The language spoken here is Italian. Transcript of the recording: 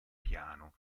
piano